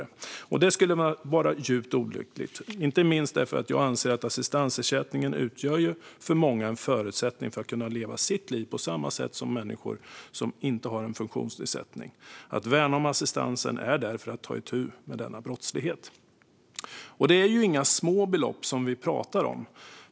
Detta skulle vara djupt olyckligt, inte minst därför att jag anser att assistansersättningen för många utgör en förutsättning för att kunna leva sitt liv på samma sätt som människor som inte har en funktionsnedsättning. Att värna om assistansen är därför att ta itu med denna brottslighet. Det är inga små belopp som vi pratar om.